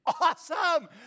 awesome